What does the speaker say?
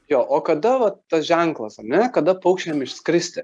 jo o kada va tas ženklas ar ne kada paukščiam išskristi